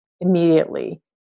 immediately